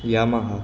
Yamaha